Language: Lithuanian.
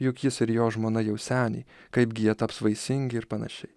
juk jis ir jo žmona jau seniai kaipgi jie taps vaisingi ir panašiai